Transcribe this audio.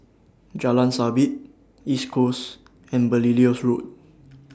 Jalan Sabit East Coast and Belilios Road